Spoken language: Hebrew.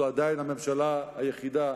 זו עדיין הממשלה היחידה